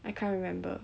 I can't remember